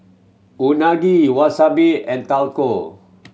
Unagi Wasabi and Taco